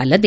ಅಲ್ಲದೆ